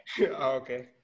Okay